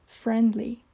friendly